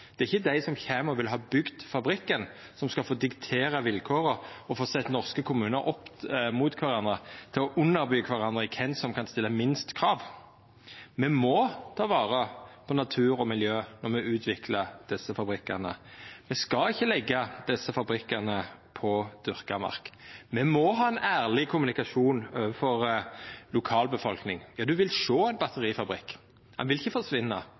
ikkje er dei som kjem og vil ha bygd fabrikken som skal få diktera vilkåra og få sett norske kommunar opp mot kvarandre til å underby kvarandre om kven som kan stilla færrast krav. Me må ta vare på natur og miljø når me utviklar desse fabrikkane. Ein skal ikkje leggja desse fabrikkane på dyrka mark. Me må ha ein ærleg kommunikasjon overfor lokalbefolkninga: Ein vil sjå ein batterifabrikk, han vil ikkje forsvinna,